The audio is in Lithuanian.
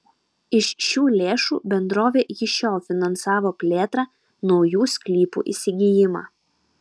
iš šių lėšų bendrovė iki šiol finansavo plėtrą naujų sklypų įsigijimą